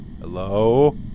Hello